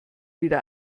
wieder